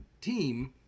team